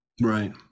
Right